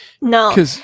No